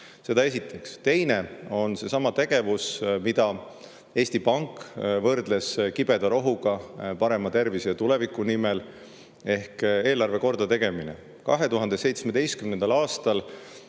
Seda esiteks. Teine on tegevus, mida Eesti Pank võrdles kibeda rohuga parema tervise ja tuleviku nimel, ehk eelarve korda tegemine. 2017. aastal